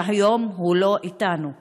שהיום הוא לא אתנו.